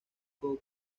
como